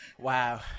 Wow